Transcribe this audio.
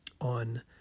on